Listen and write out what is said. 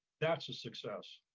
that's a success.